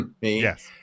Yes